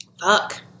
Fuck